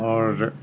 اور